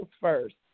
first